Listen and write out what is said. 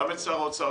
גם משר האוצר,